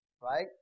Right